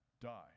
die